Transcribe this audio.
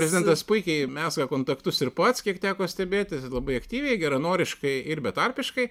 prezidentas puikiai mezga kontaktus ir pats kiek teko stebėti labai aktyviai geranoriškai ir betarpiškai